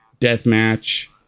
deathmatch